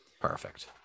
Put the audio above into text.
perfect